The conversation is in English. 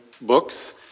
books